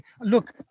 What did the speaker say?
Look